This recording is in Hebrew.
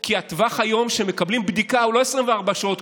כי היום הטווח כשמקבלים בדיקה הוא לא 24 שעות,